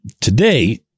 today